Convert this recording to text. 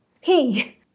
Hey